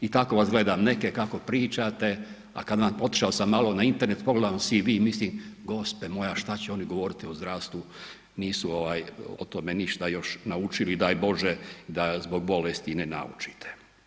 I tako vas gledam neke kako pričate, a kad vam otišao sam malo na internet, pogledam u CV, mislim, Gospe moja, što će oni govoriti o zdravstvu, nisu ovaj, o tome ništa još naučili, daj Bože da zbog bolesti i ne naučite.